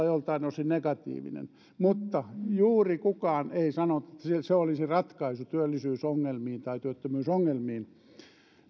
joiltain osin negatiivinen mutta juuri kukaan ei sanonut että se olisi ratkaisu työllisyysongelmiin tai työttömyysongelmiin